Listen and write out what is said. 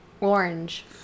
Orange